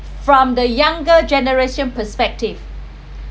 from the younger generation perspective